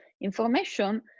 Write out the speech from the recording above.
Information